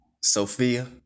Sophia